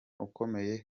ukomeye